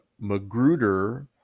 Magruder